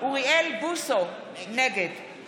אוריאל בוסו, נגד